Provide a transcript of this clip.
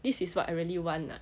this is what I really want ah